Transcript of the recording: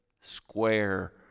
square